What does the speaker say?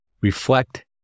reflect